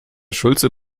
schulze